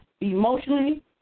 emotionally